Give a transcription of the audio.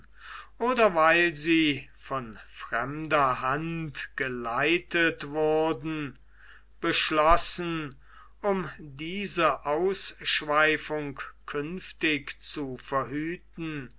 oder weil sie von fremder hand geleitet wurden beschlossen um diese ausschweifung künftig zu verhüten